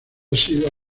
sido